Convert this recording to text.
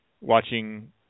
watching